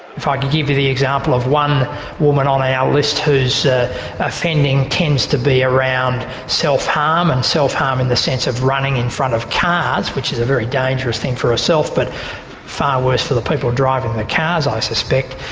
if i ah could give you the example of one woman on our list, whose offending tends to be around self-harm and self-harm in the sense of running in front of cars, which is a very dangerous thing for herself but far worse for the people driving the cars, i suspect.